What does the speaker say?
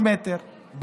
3 מטרים,